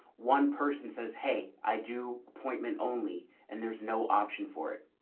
one person says, hey, i do appointment only and there's no option for it.